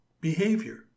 behavior